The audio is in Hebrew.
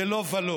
זה לא ולא.